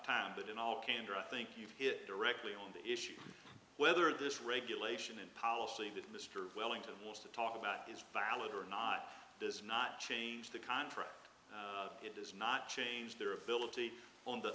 time but in all candor i think you've hit directly on the issue whether this regulation and policy that mr wellington wants to talk about is valid or not does not change the contract it does not change their ability on the